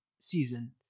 season